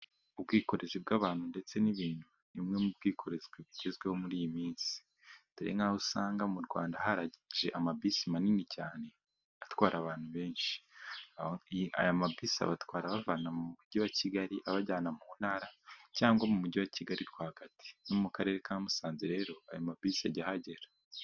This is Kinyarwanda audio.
Ubwikorezi bw'abantu ndetse n'ibintu ni bumwe mu bwikorezi bugezweho muri iyi minsi, dore aho usanga mu Rwanda haraje ama bisi manini cyane atwara abantu benshi. Aya ma bisi abatwara abavana mu mujyi wa kigali abajyana mu ntara, cyangwa mu mujyi wa Kigali rwagati, no mu karere ka Musanze rero ayo mabisi ajya ahagera.